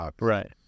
Right